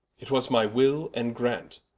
it was my will, and graunt,